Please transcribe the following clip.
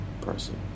person